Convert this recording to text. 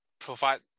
provide